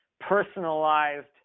personalized